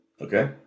Okay